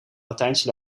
latijnse